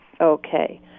Okay